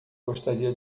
gostaria